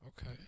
Okay